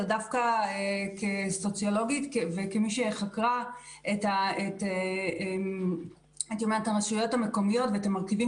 אלא דווקא כסוציולוגית וכמי שחקרה את הרשויות המקומיות ואת המרכיבים